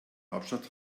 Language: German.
hauptstadt